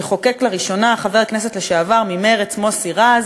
שחוקק לראשונה חבר הכנסת לשעבר ממרצ מוסי רז,